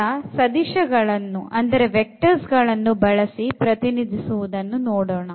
ಈಗ ಸದಿಶಗಳನ್ನು ಬಳಸಿ ಪ್ರತಿನಿಧಿಸುವುದನ್ನು ನೋಡೋಣ